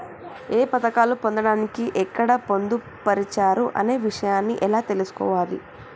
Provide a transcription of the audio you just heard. ఈ పథకాలు పొందడానికి ఎక్కడ పొందుపరిచారు అనే విషయాన్ని ఎలా తెలుసుకోవాలి?